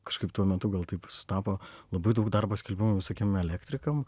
kažkaip tuo metu gal taip sutapo labai daug darbo skelbimų visokiem elektrikam